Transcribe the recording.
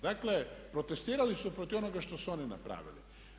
Dakle protestirali su protiv onoga što su oni napravili.